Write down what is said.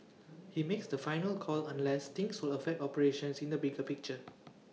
he makes the final call unless things will affect operations in the bigger picture